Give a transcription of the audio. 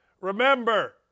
Remember